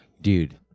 Dude